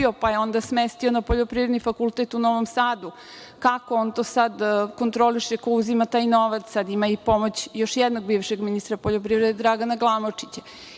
pa je onda smestio na Poljoprivredni fakultet u Novom Sadu. Kako on to sada kontroliše? Ko uzima novac? Sad ima i pomoć još jednog bivšeg ministra poljoprivrede Dragana